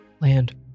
Land